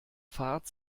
fahrt